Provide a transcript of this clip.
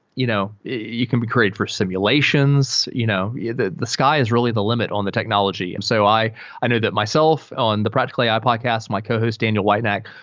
you know can be great for simulations you know yeah the the sky is really the limit on the technology. and so i i know that myself on the practical ai podcast, my cohost, daniel whintenack,